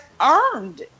earned